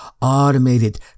automated